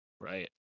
Right